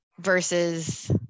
versus